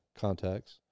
contacts